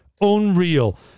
unreal